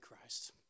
Christ